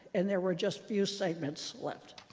and there were just few segments left.